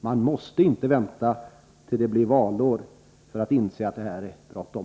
Man måste inte vänta till dess att det blir ett valår för att inse att det är bråttom.